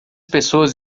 pessoas